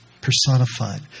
personified